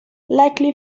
likely